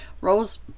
Rose